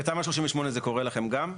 אבל בתמ"א 38 זה קורה לכם גם?